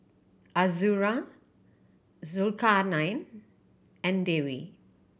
Azura Zulkarnain and Dewi